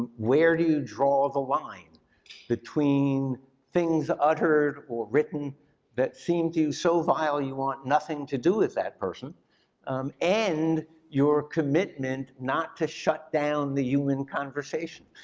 where do you draw the line between things uttered or written that seem to so vilely want nothing to do with that person and your commitment not to shut down the human conversation,